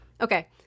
Okay